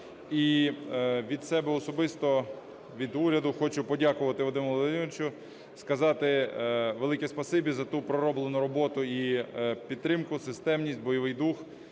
І від себе особисто, від уряду хочу подякувати Вадиму Володимировичу, сказати велике спасибі за ту пророблену роботу і підтримку, системність, бойовий дух.